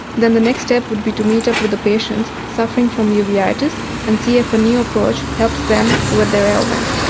then the next step would be to meet up with patients suffering from uveitis and see if our new approach helps them with their ailment.